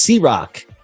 Crock